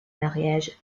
mariages